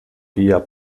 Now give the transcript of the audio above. via